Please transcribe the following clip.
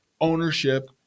ownership